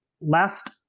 Last